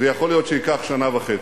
ויכול להיות שייקח שנה וחצי.